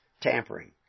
tampering